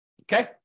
Okay